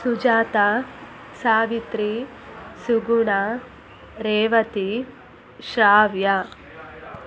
Sujata Savitri Suguna Revathi Shravya